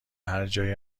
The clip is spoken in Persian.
هرجایی